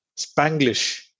Spanglish